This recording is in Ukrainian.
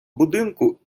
будинку